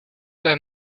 bij